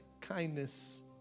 kindness